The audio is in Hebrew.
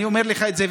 אני אומר לך את זה,